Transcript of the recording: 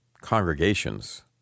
congregations